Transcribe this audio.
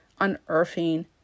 unearthing